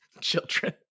children